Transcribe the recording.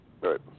Right